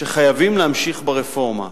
שחייבים להמשיך ברפורמה,